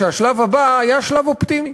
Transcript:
שהשלב הבא היה שלב אופטימי.